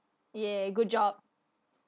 !yay! good job